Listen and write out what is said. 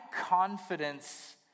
confidence